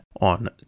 on